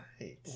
right